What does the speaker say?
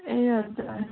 ए हजुर